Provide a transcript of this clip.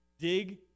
Dig